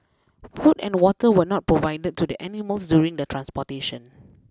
food and water were not provided to the animals during the transportation